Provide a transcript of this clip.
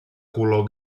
color